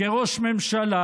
כראש ממשלה.